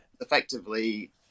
effectively